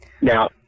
Now